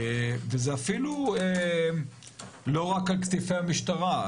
וזה אפילו לא רק על כתפי המשטרה,